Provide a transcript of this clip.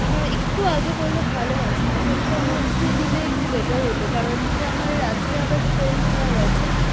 হ্যাঁ একটু আগে করলে ভালো হয় সাড়ে সাতটার মধ্যে দিলে একটু বেটার হতো কারণ যে আমার রাত্রে আবার ট্রেন ধরার আছে